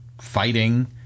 fighting